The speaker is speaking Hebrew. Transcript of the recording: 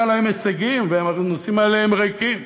שיהיו להם הישגים, והנושאים האלה הם ריקים.